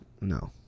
no